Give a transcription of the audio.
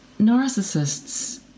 narcissists